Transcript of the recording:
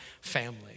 family